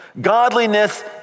Godliness